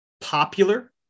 popular